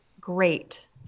great